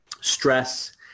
Stress